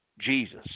Jesus